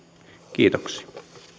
kiitoksia